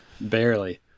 barely